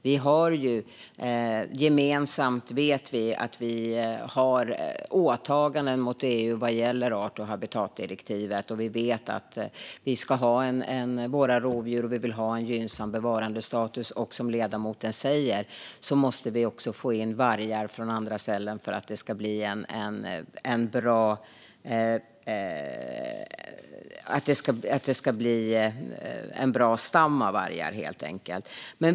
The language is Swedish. Vi vet att vi gemensamt har åtaganden mot EU vad gäller art och habitatdirektivet. Vi vet att vi ska ha våra rovdjur, och vi vill ha en gynnsam bevarandestatus. Som ledamoten säger måste vi också få in vargar från andra ställen för att det ska bli en bra stam av vargar.